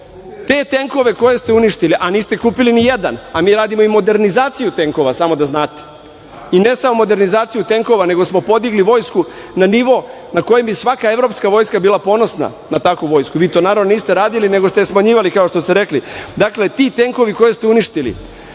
Te tenkove koje ste vi uništili, a niste kupili nijedan, a mi radimo i modernizaciju tenkova, samo da znate i ne samo modernizaciju tenkova, nego smo podigli Vojsku na nivo na kojem bi svaka evropska vojska bila ponosna na takvu vojsku. Vi to naravno niste radili, nego ste je smanjivali, kao što ste rekli. Dakle, ti tenkovi koje ste uništili,